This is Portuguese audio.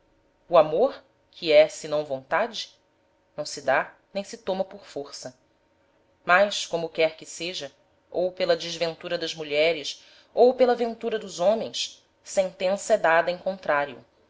o amor que é senão vontade não se dá nem se toma por força mas como quer que seja ou pela desventura das mulheres ou pela ventura dos homens sentença é dada em contrario